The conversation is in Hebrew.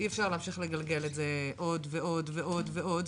אי אפשר להמשיך לגלגל את זה עוד ועוד ועוד ועוד,